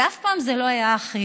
ואף פעם זה לא היה אחיד.